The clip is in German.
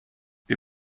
wir